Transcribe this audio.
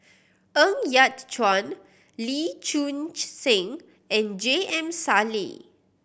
Ng Yat Chuan Lee Choon Seng and J M Sali